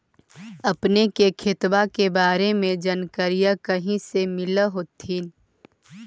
अपने के खेतबा के बारे मे जनकरीया कही से मिल होथिं न?